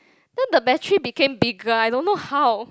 then the battery became bigger I don't know how